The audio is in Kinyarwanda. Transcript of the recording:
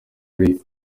hari